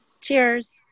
Cheers